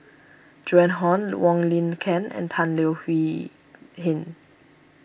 Joan Hon Wong Lin Ken and Tan Leo Hin